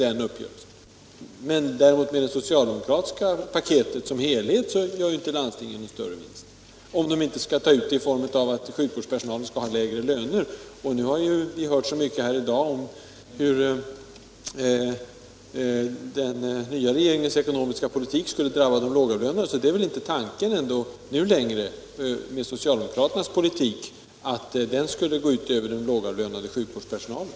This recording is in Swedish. Däremot gör landstingen inte någon större vinst, om det socialdemokratiska paketet genomförs i sin helhet — såvida inte kompensation sker i form av lönesänkningar för sjukvårdspersonalen. Men vi har i dagens debatt hört så mycket om hur den nya regeringens ekonomiska politik skulle drabba de lågavlönade, att jag inte kan tro att det nu längre är socialdemokraternas politik att detta skulle gå ut över den lågavlönade sjukvårdspersonalen.